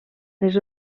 les